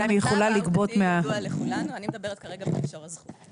אני מדברת כרגע במישור הזכות.